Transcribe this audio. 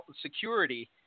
security